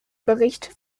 bericht